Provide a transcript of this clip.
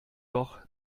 doch